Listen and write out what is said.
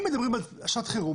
אם מדברים על שעת חירום,